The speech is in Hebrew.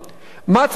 קודם כול,